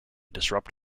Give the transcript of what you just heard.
disrupt